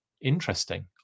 Interesting